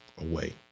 away